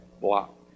block